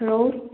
hello